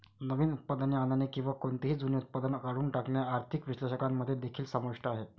नवीन उत्पादने आणणे किंवा कोणतेही जुने उत्पादन काढून टाकणे आर्थिक विश्लेषकांमध्ये देखील समाविष्ट आहे